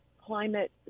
climate